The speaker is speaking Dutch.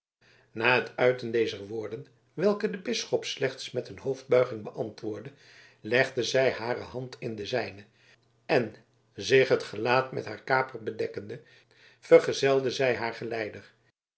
na het uiten dezer woorden welke de bisschop slechts met een hoofdbuiging beantwoordde legde zij hare hand in de zijne en zich het gelaat met haar kaper bedekkende vergezelde zij haar geleider